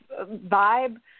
vibe